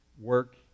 work